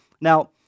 Now